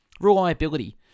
Reliability